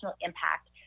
impact